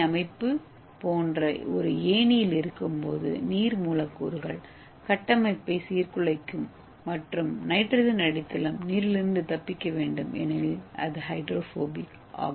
ஏ அமைப்பு போன்ற ஒரு ஏணியில் இருக்கும்போது நீர் மூலக்கூறுகள் கட்டமைப்பை சீர்குலைக்கும் மற்றும் நைட்ரஜன் அடித்தளம் நீரிலிருந்து தப்பிக்க வேண்டும் ஏனெனில் அது ஹைட்ரோபோபிக் ஆகும்